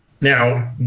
now